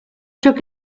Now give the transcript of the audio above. took